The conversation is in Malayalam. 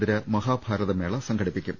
ന്തര മഹാഭാരതമേള സംഘടിപ്പിക്കും